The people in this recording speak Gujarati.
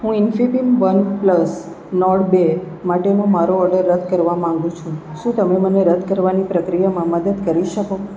હું ઇન્ફીબીમ વનપ્લસ નોર્ડ બે માટેનો મારો ઓર્ડર રદ કરવા માગું છું શું તમે મને રદ કરવાની પ્રક્રિયામાં મદદ કરી શકો